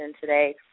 today